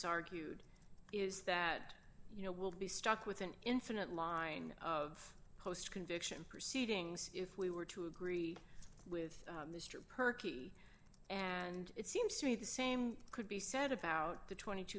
argued is that you know will be stuck with an infinite line of post conviction proceedings if we were to agree with mr pearcy and it seems to me the same could be said about the twenty